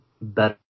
better